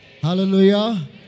Hallelujah